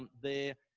um the